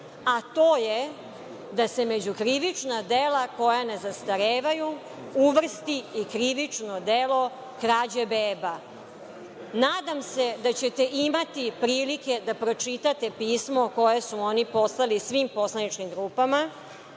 a to je da se među krivična dela koja ne zastarevaju uvrsti i krivično delo krađe beba. Nadam se da ćete imati prilike da pročitate pismo koje su oni poslali svim poslaničkim grupama.